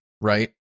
right